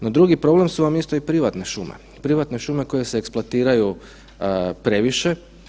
No drugi problem su vam isto i privatne šume, privatne šume koje se eksploatiraju previše.